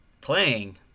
playing